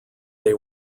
they